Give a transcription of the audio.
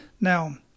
Now